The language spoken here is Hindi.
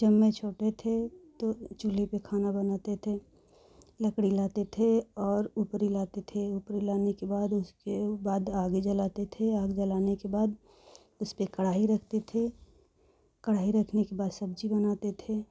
जब मैं छोटी थी तो चूल्हे पे खाना बनाते थे लकड़ी लाते थे और उपरी लाते थे उपरी लाने के बाद उसके बाद आग जलाते थे आग जलाने के बाद उस पे कढ़ाई रखते थे कढ़ाई रखने के बाद सब्जी बनाते थे